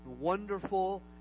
wonderful